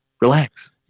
relax